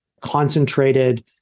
concentrated